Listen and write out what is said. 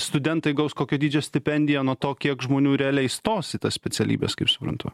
studentai gaus kokio dydžio stipendiją nuo to kiek žmonių realiai stos į tas specialybes kaip suprantu